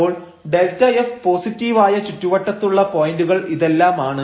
അപ്പോൾ Δf പോസിറ്റീവായ ചുറ്റുവട്ടത്തുള്ള പോയന്റുകൾ ഇതെല്ലാമാണ്